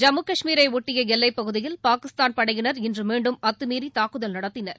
ஜம்மு கஷ்மீரைபொட்டிய எல்லைப்பகுதியில் பாகிஸ்தான் படையினர் இன்று மீண்டும் அத்துமீறி தாக்குதல் நடத்தினர்